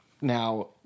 now